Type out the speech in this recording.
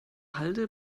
halde